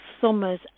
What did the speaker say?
summer's